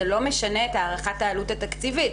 לא משנה את הערכת העלות התקציבית,